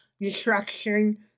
destruction